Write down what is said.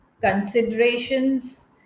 considerations